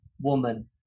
woman